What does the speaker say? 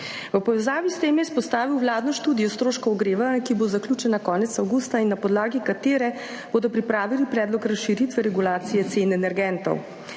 V povezavi s tem je izpostavil vladno študijo stroškov ogrevanja, ki bo zaključena konec avgusta in na podlagi katere bodo pripravili predlog razširitve regulacije cen energentov.